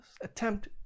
Attempt